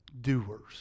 doers